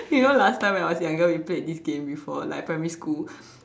you know last time when I was younger we played this game before like primary school